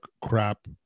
crap